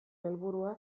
helburua